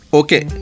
okay